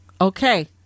Okay